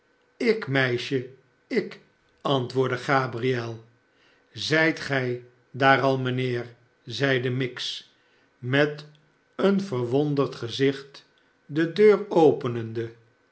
ik meisje ik antwoordde gabriel zijt gij daar al mijnheer zeide miggs met een verwonderd gezicht de deur openende